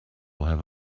have